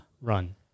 Run